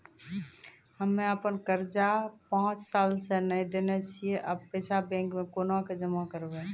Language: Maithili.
हम्मे आपन कर्जा पांच साल से न देने छी अब पैसा बैंक मे कोना के जमा करबै?